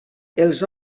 els